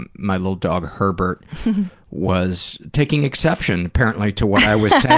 and my little dog herbert was taking exception apparently to what i was saying,